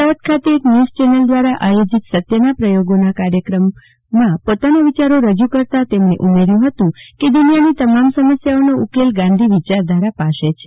અમદાવાદ ખાતે news channel દ્રારા આયોજીત સત્યના પ્રયોગો નામના કાર્યક્રમમાં પોતાના વિયારો રજુ કરતા તેમણે ઉમેર્યુ હતું કે દુનિયાની તમામ સમસ્યાનો ઉકેલ ગાંધી વિયારધારા પાસે છે